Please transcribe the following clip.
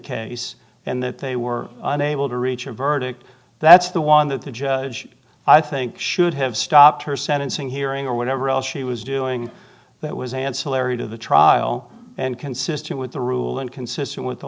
case and that they were unable to reach a verdict that's the one that the judge i think should have stopped her sentencing hearing or whatever else she was doing that was ancillary to the trial and consistent with the rule and consistent with the